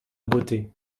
beauté